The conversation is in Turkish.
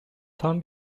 tam